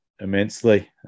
immensely